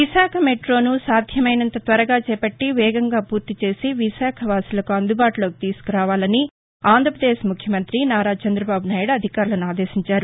విశాఖ మెట్రోను సాధ్యమైనంత త్వరగా చేపట్టి వేగంగా పూర్తిచేసి విశాఖవాసులకు అందుబాటులోకి తీసుకురావాలని ఆంధ్రప్రదేశ్ ముఖ్యమంత్రి నారా చంద్రబాబునాయుడు అధికారులను ఆదేశించారు